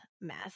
mess